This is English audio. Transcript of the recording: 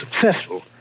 successful